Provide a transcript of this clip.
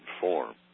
form